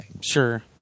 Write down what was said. Sure